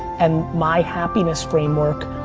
and my happiness framework,